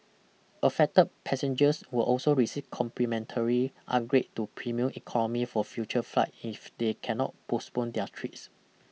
affected passengers will also receive complimentary upgrade to premium economy for future flights if they cannot postpone their trips